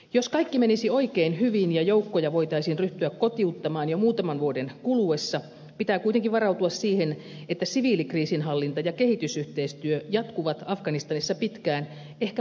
jos kaikki menisi oikein hyvin ja joukkoja voitaisiin ryhtyä kotiuttamaan jo muutaman vuoden kuluessa pitää kuitenkin varautua siihen että siviilikriisinhallinta ja kehitysyhteistyö jatkuvat afganistanissa pitkään ehkä vuosikymmeniä